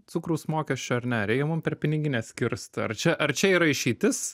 cukraus mokesčio ar ne reikia mum per piniginę skirst ar čia ar čia yra išeitis